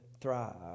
thrive